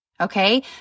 okay